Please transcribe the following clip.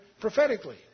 prophetically